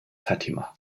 fatima